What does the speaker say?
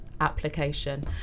application